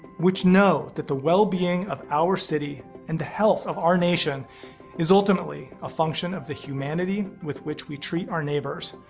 which know that the well-being of our city and the health of our nation is ultimately a function of the humanity with which we treat our neighbors.